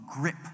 grip